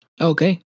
Okay